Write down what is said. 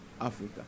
Africa